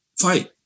fight